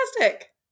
fantastic